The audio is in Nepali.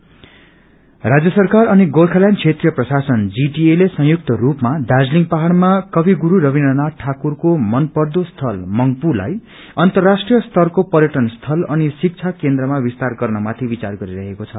टुरिज्म टेगोर राज्य सरकार अनि गोर्खाल्याण्ड क्षेत्रीय प्रशासनले संयुक्त रूपमा दार्जीलिङ पहाड़मा कवि गुरू रविन्द्रनाथ ठाकुरको मनपर्दो स्थल मंग्पूलाई अन्तर्राष्ट्रीय स्तरको पर्यटन स्थल अनि शिक्षा केन्द्रमा विस्तार गर्न माथि विचार गरिरहेको छ